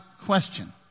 question